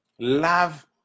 Love